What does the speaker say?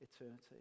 eternity